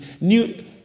New